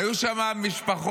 היו שם משפחות